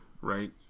right